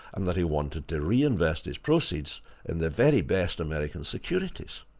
and that he wanted to reinvest his proceeds in the very best american securities.